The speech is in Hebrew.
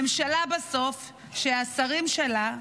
ממשלה שבסוף השרים שלה,